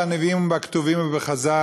בנביאים ובכתובים ובחז"ל,